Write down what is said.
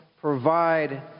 provide